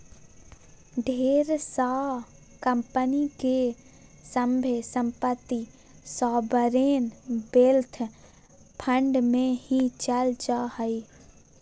ढेर सा कम्पनी के सभे सम्पत्ति सॉवरेन वेल्थ फंड मे ही चल जा हय